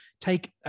Take